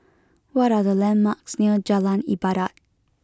what are the landmarks near Jalan Ibadat